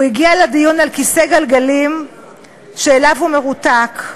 הוא הגיע לדיון על כיסא גלגלים שאליו הוא מרותק.